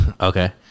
Okay